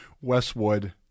Westwood